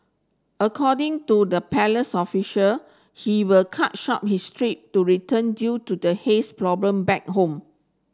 according to the palace official he will cut short his trip to return due to the haze problem back home